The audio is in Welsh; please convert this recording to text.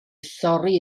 thorri